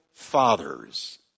fathers